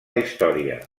història